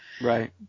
right